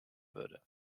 würde